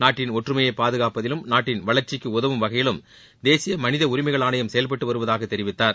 நாட்டின் ஒற்றுமையை பாதுகாப்பதிலும் நாட்டின் வளர்ச்சிக்கு உதவும் வகையிலும் தேசிய மனித உரிமைகள் ஆணையம் செயல்பட்டு வருவதாகத் தெரிவித்தார்